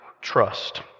trust